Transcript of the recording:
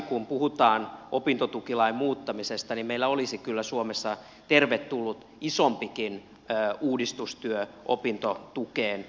kun puhutaan opintotukilain muuttamisesta niin meillä olisi kyllä suomessa tervetullut isompikin uudistustyö opintotukeen